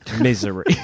misery